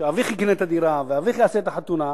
שאביך יקנה את הדירה ואביך יעשה את החתונה,